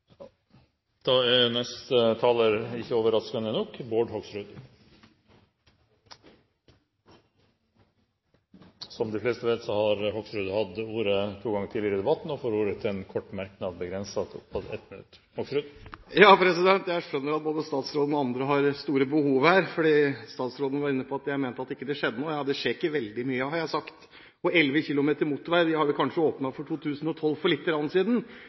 Da er neste taler ikke overraskende Bård Hoksrud. Representanten Bård Hoksrud har hatt ordet to ganger tidligere og får ordet til en kort merknad, begrenset til 1 minutt. Jeg skjønner at både statsråden og andre har store behov her, for statsråden var inne på at jeg mente at det ikke skjedde noe. Ja, det skjer ikke veldig mye, har jeg sagt – 11 km motorvei, som de åpnet for 2012 for litt siden.